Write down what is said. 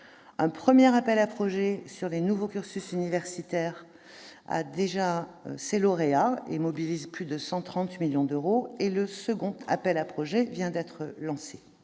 Un premier appel à projets sur les nouveaux cursus universitaires a déjà ses lauréats et mobilise plus de 130 millions d'euros ; le second appel à projets vient d'être lancé